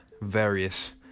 various